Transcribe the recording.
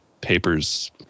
paper's